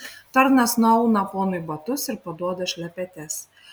tarnas nuauna ponui batus ir paduoda šlepetes